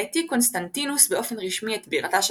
העתיק קונסטנטינוס באופן רשמי את בירתה של